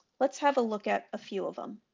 let's have a look at a few of them.